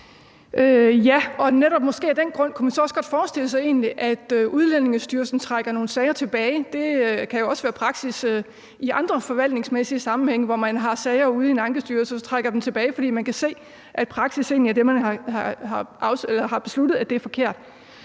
Måske netop af den grund kunne man så egentlig også godt forestille sig, at Udlændingestyrelsen trækker nogle sager tilbage. Det kan jo også være praksis i andre forvaltningsmæssige sammenhænge, at man har sager ude i en ankestyrelse og så trækker dem tilbage, fordi man kan se, at den praksis, man har besluttet, egentlig er forkert.